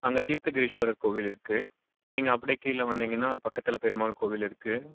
அங்கே தீர்த்தகிரீஷ்வரர் கோவில் இருக்குது நீங்கள் அப்படியே கீழே வந்திங்கன்னா அது பக்கத்தில் பெருமாள் கோவில் இருக்குது